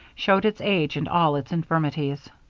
showed its age and all its infirmities.